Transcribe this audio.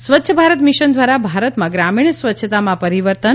સ્વચ્છ ભારત મિશન દ્વારા ભારતમાં ગ્રામીણ સ્વચ્છતામાં પરિવર્તન